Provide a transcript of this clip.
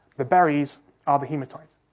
the berries are the hematite,